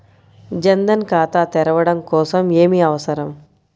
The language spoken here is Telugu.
జన్ ధన్ ఖాతా తెరవడం కోసం ఏమి అవసరం?